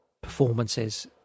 performances